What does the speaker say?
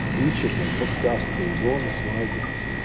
each of them hooked up to enormous libraries,